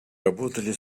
работали